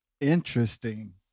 Interesting